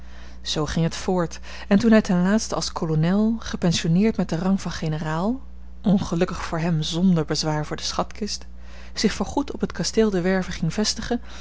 zoo ging het voort en toen hij ten laatste als kolonel gepensionneerd met den rang van generaal ongelukkig voor hem zonder bezwaar voor de schatkist zich voor goed op het kasteel de werve ging vestigen